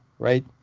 Right